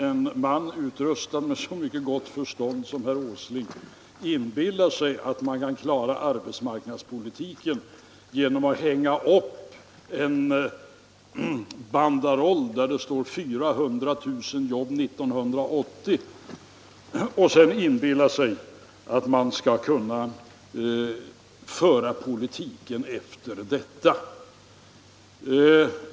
En man utrustad med så mycket gott förstånd som herr Åsling kan inte inbilla sig att man kan klara arbetsmarknadspolitiken genom att hänga upp en banderoll där det står ”400 000 jobb 1980” och sedan tro att man skulle kunna föra politiken efter detta.